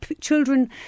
children